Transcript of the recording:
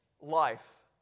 life